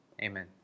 amen